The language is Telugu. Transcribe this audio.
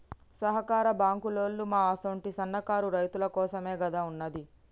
సహకార బాంకులోల్లు మా అసుంటి సన్నకారు రైతులకోసమేగదా ఉన్నది